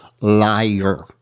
liar